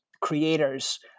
creators